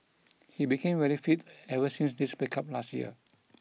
he became very fit ever since this breakup last year